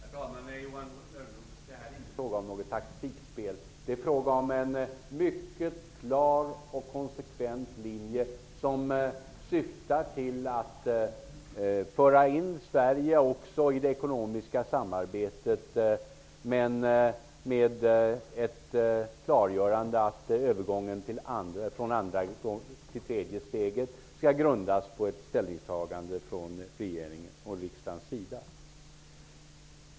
Herr talman! Det här är inte fråga om något taktikspel. Det är fråga om en mycket klar och konsekvent linje, som syftar till att föra in Sverige också i det ekonomiska samarbetet, men med ett klargörande att övergången från andra till tredje steget skall grundas på ett ställningstagande från regeringens och riksdagens sida.